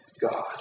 God